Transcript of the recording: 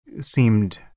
seemed